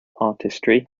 artistry